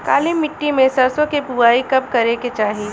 काली मिट्टी में सरसों के बुआई कब करे के चाही?